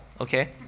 okay